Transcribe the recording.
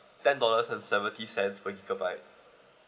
ten dollars and seventy cents per gigabyte